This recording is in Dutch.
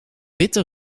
witte